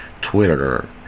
Twitter